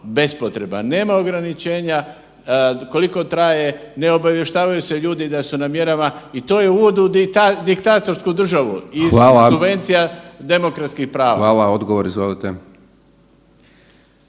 bespotreban. Nema ograničenja, koliko traje, ne obavještavaju se ljudi da su na mjerama i to je uvod u diktatorsku državu i … demokratskih prava. **Hajdaš Dončić,